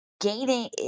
gaining